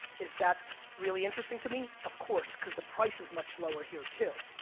is that really interesting to me? of course, cause the price is much lower here too.